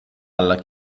alla